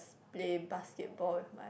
play basketball